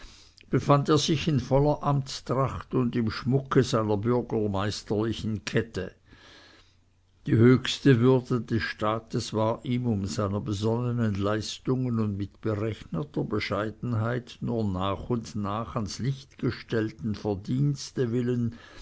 befand er sich in voller amtstracht und im schmucke seiner bürgermeisterlichen kette die höchste würde des staates war ihm um seiner besonnenen leistungen und mit berechneter bescheidenheit nur nach und nach ans licht gestellten verdienste willen